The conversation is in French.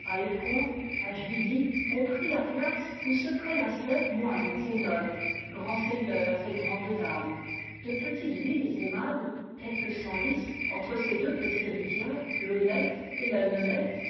à juilly ont pris la place où se prélassaient moines et nonnes grands seigneurs et grandes dames de petites villes aimables telle senlis entre ses deux petites rivières l'aunette et la nonette